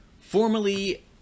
formerly